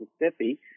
Mississippi